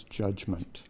judgment